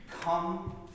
come